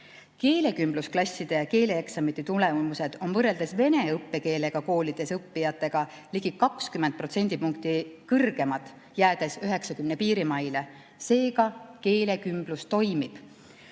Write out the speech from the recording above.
Keelekümblusklasside ja keeleeksamite tulemused on võrreldes vene õppekeelega koolides õppijatega ligi 20% võrra kõrgemad, jäädes 90% piirimaile. Seega, keelekümblus toimib.